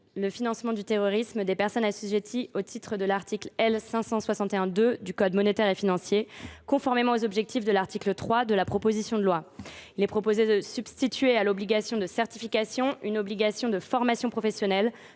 le financement du terrorisme, des personnes soumises aux dispositions de l’article L. 561 2 du code monétaire et financier, conformément aux objectifs de l’article 3 de la proposition de loi. Il est proposé de substituer à l’obligation de certification une obligation de formation professionnelle,